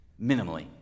Minimally